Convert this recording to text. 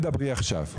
שיהיה כבוד עכשיו.